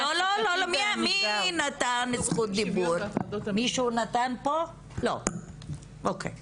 זה לא פותר אותם וזה לא בא במקום